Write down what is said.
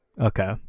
Okay